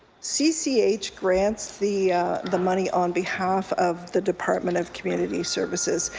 cch grants the the money on behalf of the department of community services,